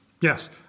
Yes